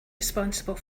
responsible